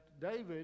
David